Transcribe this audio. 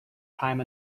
time